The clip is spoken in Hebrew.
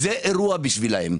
זה אירוע בשבילם,